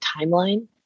timeline